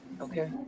Okay